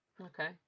okay